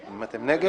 האם אתם נגד?